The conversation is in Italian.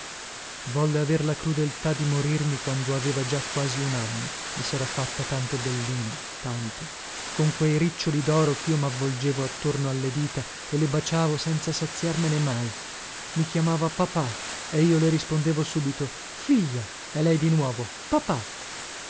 volle aver la crudeltà di morirmi quando aveva già quasi un anno e sera fatta tanto bellina tanto con quei riccioli doro chio mavvolgevo attorno le dita e le baciavo senza saziarmene mai mi chiamava papà e io le rispondevo subito figlia e lei di nuovo papà